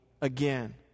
again